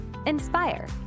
inspire